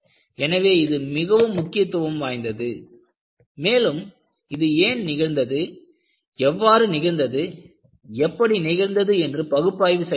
எனவே இது மிகவும் முக்கியத்துவம் வாய்ந்தது மேலும் இது ஏன் நிகழ்ந்தது எவ்வாறு நிகழ்ந்தது எப்படி நிகழ்ந்தது என்று பகுப்பாய்வு செய்ய வேண்டும்